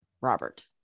Robert